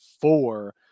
four